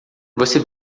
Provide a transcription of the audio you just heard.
você